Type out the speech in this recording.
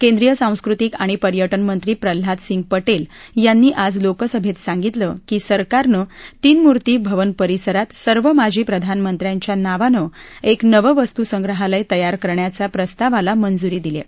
केंद्रिय सांस्कृतिक आणि पर्यटन मंत्री प्रह्नाद सिंग पटेल यांनी आज लोकसभेत सांगितलं की सरकारनं तीनमूर्ती भवन परिसरात सर्व माजी प्रधानमंत्र्यांच्या नावानं एक नवं वस्तुसंग्रहालय तयार करण्याच्या प्रस्तावाला मंजुरी दिली आहे